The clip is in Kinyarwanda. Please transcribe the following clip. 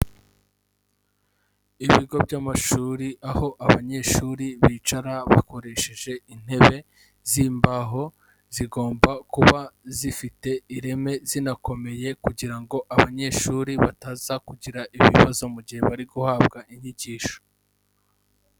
Ibigo by'amashuri aho abanyeshuri bicara bakoresheje intebe zimbaho, zigomba kuba zifite ireme zinakomeye kugira ngo abanyeshuri bataza kugira ibibazo mu gihe bari guhabwa inyigisho.